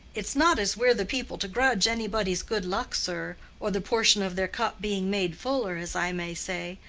it's not as we're the people to grudge anybody's good luck, sir, or the portion of their cup being made fuller, as i may say.